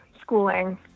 schooling